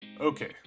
Okay